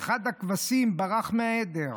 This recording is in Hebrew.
ואחד הכבשים ברח מהעדר,